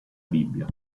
bibbia